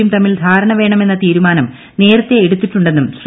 യും തമ്മിൽ ധാരണ വേണമെന്ന തീരുമാനപ്പുന്നേരത്തെ എടുത്തിട്ടുണ്ടെന്നും ശ്രീ